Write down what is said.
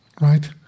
right